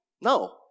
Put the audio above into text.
No